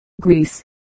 Greece